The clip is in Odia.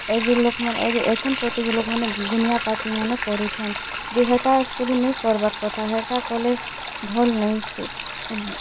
ଏବେ ଲୋକ୍ମାନେ ଏଛେନ୍ ପ୍ରତି ବି ଲୋକ୍ମାନେ ଗୁନିଆ ପାତି ମନେ କରୁଛନ୍ ଯେ ହେଟା ଏକ୍ଚୁଲି ନେଇଁ କର୍ବାକଥା ହେଟା କଲେ ଭଲ୍ ନାଇଁସେ